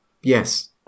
Yes